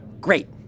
Great